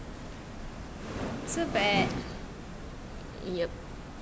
so bad